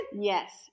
Yes